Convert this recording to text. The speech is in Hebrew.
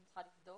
אני צריכה לבדוק.